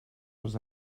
els